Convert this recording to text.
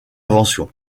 inventions